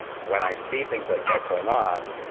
when i see things like that going on,